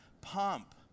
pump